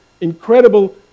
incredible